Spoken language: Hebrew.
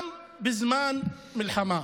גם בזמן מלחמה.